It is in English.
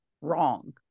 wrong